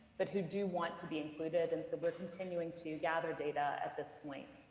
but who do want to be included, and so we're continuing to gather data at this point.